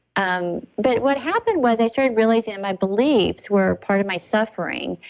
um but what happened was i started realizing that my beliefs were part of my suffering.